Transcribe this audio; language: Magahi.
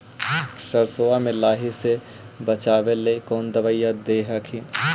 सरसोबा मे लाहि से बाचबे ले कौन दबइया दे हखिन?